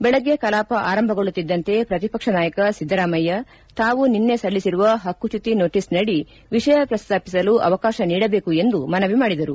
ಬೆಳಗ್ಗೆ ಕಲಾಪ ಆರಂಭಗೊಳ್ಳುತ್ತಿದ್ದಂತೆ ಪ್ರತಿಪಕ್ಷ ನಾಯಕ ಸಿದ್ದರಾಮಯ್ಯ ತಾವು ನಿನ್ನೆ ಸಲ್ಲಿಸಿರುವ ಹಕ್ಕುಚ್ಚುತಿ ನೋಟಸ್ ನಡಿ ವಿಷಯ ಪ್ರಸಾಪಿಸಲು ಅವಕಾಶ ನೀಡಬೇಕು ಎಂದು ಮನವಿ ಮಾಡಿದರು